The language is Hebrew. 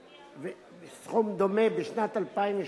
וסכום דומה בשנת 2013